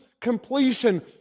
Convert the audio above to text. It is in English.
completion